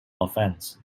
offence